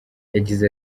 yagize